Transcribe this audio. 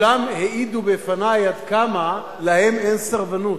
וכולם העידו בפני עד כמה להם אין סרבנות,